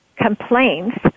complaints